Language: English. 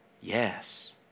yes